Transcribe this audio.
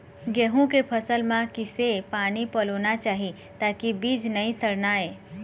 गेहूं के फसल म किसे पानी पलोना चाही ताकि बीज नई सड़ना ये?